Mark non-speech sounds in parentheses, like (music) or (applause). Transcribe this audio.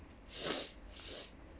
(noise) (noise)